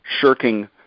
shirking